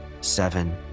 seven